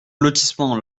lotissement